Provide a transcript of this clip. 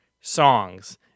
songs